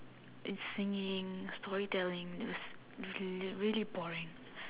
and singing story telling it was it was really boring